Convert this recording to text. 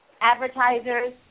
advertisers